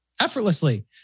effortlessly